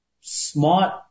smart